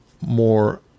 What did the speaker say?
more